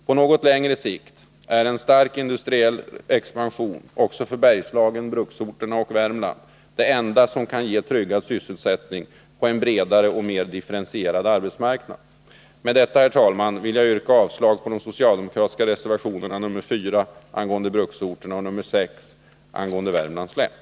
På något längre sikt är en stark industriell expansion — också för Bergslagen, bruksorterna och Värmland — det enda som kan ge tryggad sysselsättning på en bredare och mer differentierad arbetsmarknad. Med detta, herr talman, vill jag yrka avslag på de socialdemokratiska reservationerna nr 4 angående bruksorterna och nr 6 angående Värmlands län.